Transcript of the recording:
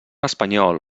espanyol